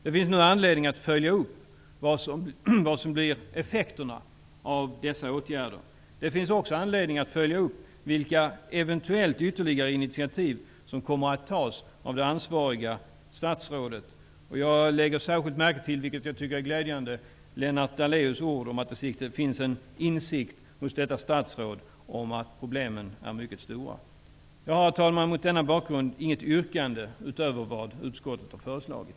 Det finns nu anledning att följa upp vad som blir effekterna av dessa åtgärder. Det finns också anledning att följa upp vilka eventuellt ytterligare initiativ som kommer att tas av det ansvariga statsrådet. Jag lade särskilt märke till -- vilket gladde mig -- vad Lennart Daléus sade om att det hos detta statsråd finns en insikt om att problemen är mycket stora. Jag har, herr talman, mot denna bakgrund inget yrkande utöver vad utskottet har föreslagit.